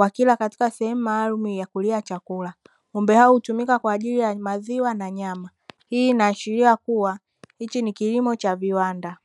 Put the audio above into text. wakila katika sehemu maalumu ya kulia chakula. Ng'ombe hao hutumika kwa ajili ya maziwa na nyama. Hii inaashiria kuwa hiki ni kilimo cha viwanda.